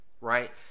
right